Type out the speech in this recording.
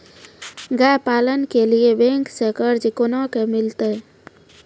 गाय पालन के लिए बैंक से कर्ज कोना के मिलते यो?